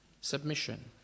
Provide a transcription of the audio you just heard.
Submission